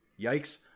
yikes